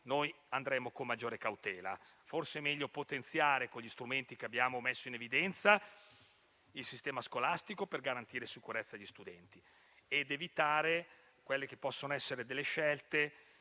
ci muoveremmo con maggiore cautela. Forse è meglio potenziare, con gli strumenti che abbiamo messo in evidenza, il sistema scolastico per garantire sicurezza agli studenti ed evitare delle scelte